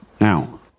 now